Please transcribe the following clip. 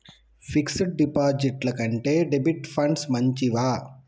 Fix డ్ డిపాజిట్ల కంటే డెబిట్ ఫండ్స్ మంచివా?